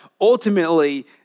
ultimately